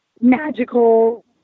magical